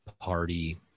party